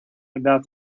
about